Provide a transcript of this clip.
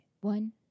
One